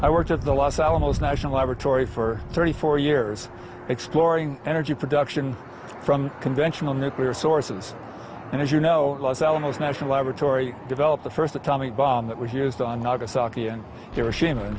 i worked at the los alamos national laboratory for thirty four years exploring energy production from conventional nuclear sources and as you know los alamos national laboratory developed the first atomic bomb